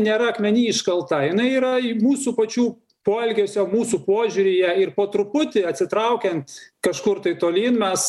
nėra akmeny iškalta jinai yra mūsų pačių poelgiuose mūsų požiūryje ir po truputį atsitraukiant kažkur tai tolyn mes